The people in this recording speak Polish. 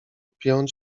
piąć